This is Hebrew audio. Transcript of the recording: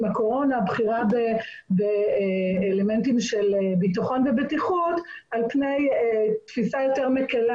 הקורונה בבחירה באלמנטים של ביטחון ובטיחות על פני תפיסה מקלה